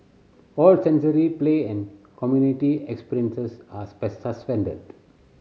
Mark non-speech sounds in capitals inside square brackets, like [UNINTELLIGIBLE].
all sensory play and community experiences are [UNINTELLIGIBLE] suspended